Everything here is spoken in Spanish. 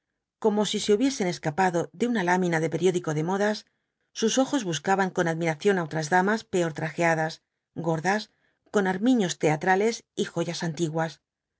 como si se hubiesen escapado de una lámina de periódico de modas sus ojos buscaban con admiración á otras damas peor trajeadas gordas con armiños teatrales y joyas antiglias